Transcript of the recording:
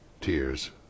tears